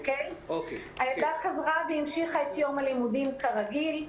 הילדה חזרה והמשיכה את יום הלימודים כרגיל.